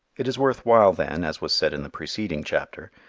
it is worth while then, as was said in the preceding chapter,